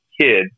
kid